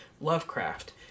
Lovecraft